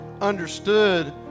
understood